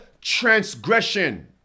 transgression